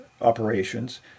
operations